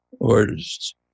artists